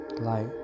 light